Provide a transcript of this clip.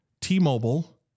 t-mobile